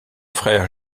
frère